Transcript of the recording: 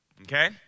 Okay